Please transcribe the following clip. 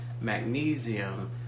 magnesium